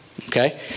Okay